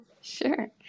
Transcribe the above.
Sure